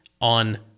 on